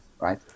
right